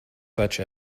such